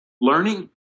Learning